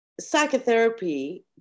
psychotherapy